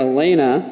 Elena